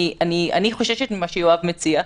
אני חוששת ממה שיואב מציע,